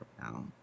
now